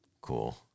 cool